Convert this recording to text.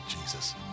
Jesus